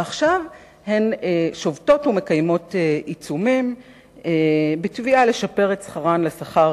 ועכשיו הן שובתות ומקיימות עיצומים בתביעה לשפר את שכרן לשכר